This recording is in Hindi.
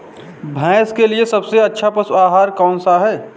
भैंस के लिए सबसे अच्छा पशु आहार कौनसा है?